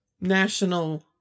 National